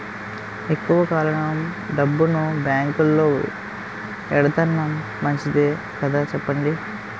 ఎక్కువ కాలం డబ్బును బాంకులో ఎడతన్నాం మంచిదే కదా చెప్పండి